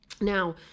Now